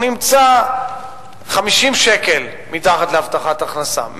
הוא נמצא 50 שקל מתחת להבטחת הכנסה,